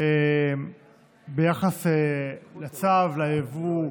ביחס לצו היבוא,